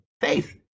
faith